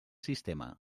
sistema